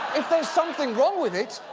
if there's something wrong with it,